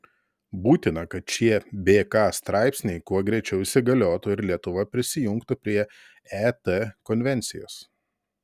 būtina kad šie bk straipsniai kuo greičiau įsigaliotų ir lietuva prisijungtų prie et konvencijos